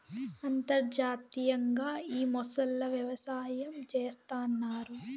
అంతర్జాతీయంగా ఈ మొసళ్ళ వ్యవసాయం చేస్తన్నారు